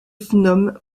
phnom